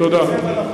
תודה.